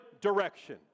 direction